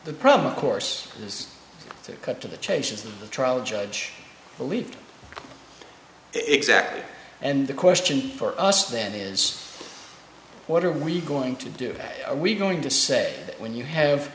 problem of course is to cut to the changes in the trial judge believe exactly and the question for us then is what are we going to do are we going to say that when you have